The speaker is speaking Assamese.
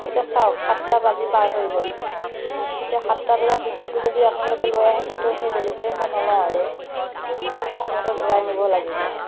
এতিয়া চাওক সাতটা বাজি পাৰ হৈ গ'ল এতিয়া সাতটা বজাৰ পিছতো যদি আপোনালোকে লৈ আহে কিন্তু সেই ডেলিভাৰী মই নলওঁ আৰু আপোনালোকে ঘূৰাই নিব লাগিব